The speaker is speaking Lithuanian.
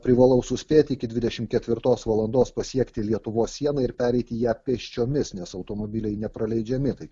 privalau suspėt iki dvidešimt ketvirtos valandos pasiekti lietuvos sieną ir pereiti ją pėsčiomis nes automobiliai nepraleidžiami tai